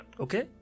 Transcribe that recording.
Okay